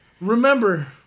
Remember